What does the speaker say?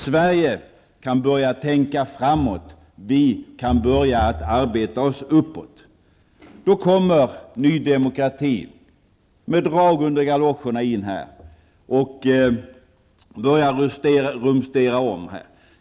Sverige kan börja tänka framåt, och vi kan börja att arbeta oss uppåt. Då kommer Ny Demokrati med drag under galoscherna in i riksdagen och börjar rumstera om.